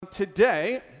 Today